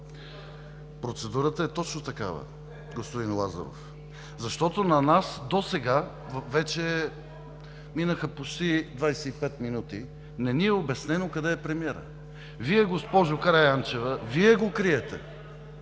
Процедурата е точно такава, господин Лазаров! Защото на нас досега, вече минаха почти 25 минути, не ни е обяснено къде е премиерът. Вие, госпожо Караянчева, Вие го криете!